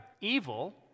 Evil